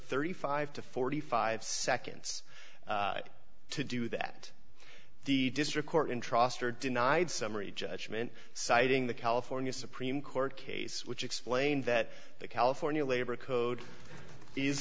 thirty five to forty five seconds to do that the district court in trustor denied summary judgment citing the california supreme court case which explained that the california labor code